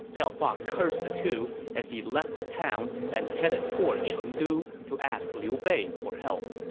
liao hua cursed the two as he left the town and headed toward chengdu to ask liu bei for help